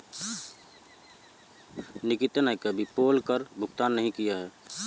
निकिता ने कभी पोल कर का भुगतान नहीं किया है